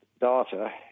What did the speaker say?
data